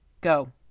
Go